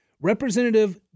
Representative